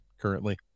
currently